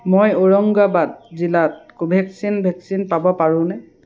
মই ঔৰংগাবাদ জিলাত Covaxin vaccine পাব পাৰোঁনে